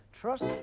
Trust